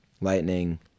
Lightning